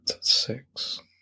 six